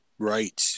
Right